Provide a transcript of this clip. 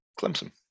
Clemson